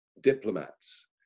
diplomats